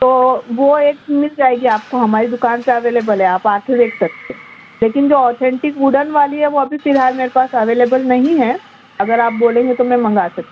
تو وہ ایک مِل جائے گی آپ کو ہماری دُکان پہ اویلیبل ہے آپ آ کے دیکھ سکتے ہیں لیکن جو اتھینٹک ووڈن والی ہے وہ ابھی فی الحال میرے پاس اویلیبل نہیں ہے اگر آپ بولیں گے تو میں منگا سکھ